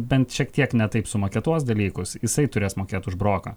bent šiek tiek ne taip sumaketuos dalykus jisai turės mokėt už broką